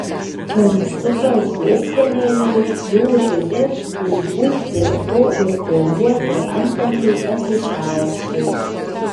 kirstukas žiobtelėjo jo žili turbūt dėl to ir gauruoti antakiai pasišiaušė